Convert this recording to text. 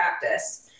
practice